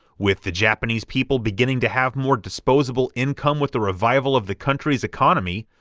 with the japanese people beginning to have more disposable income with the revival of the country's economy,